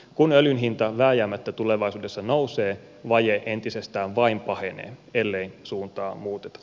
kun öljyn hinta vääjäämättä tulevaisuudessa nousee vaje entisestään vain pahenee ellei suuntaa muuteta